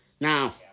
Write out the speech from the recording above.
Now